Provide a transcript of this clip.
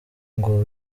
ngo